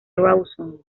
rawson